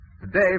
today